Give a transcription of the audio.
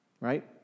Right